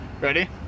ready